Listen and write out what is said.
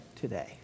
today